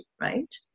right